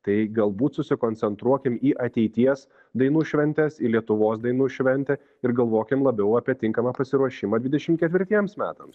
tai galbūt susikoncentruokim į ateities dainų šventes į lietuvos dainų šventę ir galvokim labiau apie tinkamą pasiruošimą dvidešim ketvirtiems metams